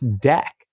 deck